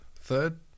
third